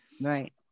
Right